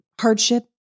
hardship